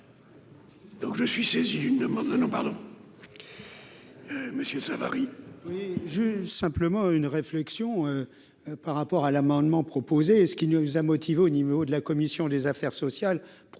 Donc je suis saisi d'une demande non pardon Monsieur Savary. J'ai simplement une réflexion par rapport à l'amendement proposé et ce qui nous a motivés au niveau de la commission des affaires sociales